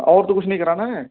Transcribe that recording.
اور تو کچھ نہیں کرانا ہے